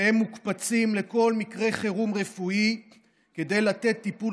והם מוקפצים בכל מקרה חירום רפואי כדי לתת טיפול